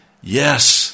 yes